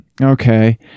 Okay